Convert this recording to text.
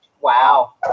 Wow